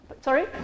Sorry